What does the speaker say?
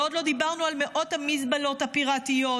ועוד לא דיברנו על מאות המזבלות הפיראטיות,